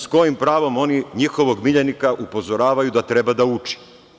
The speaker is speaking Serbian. S kojim pravom oni njihovog miljenika upozoravaju da treba da uči?